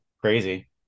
crazy